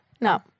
No